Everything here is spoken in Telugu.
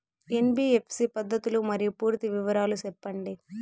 ఎన్.బి.ఎఫ్.సి పద్ధతులు మరియు పూర్తి వివరాలు సెప్పండి?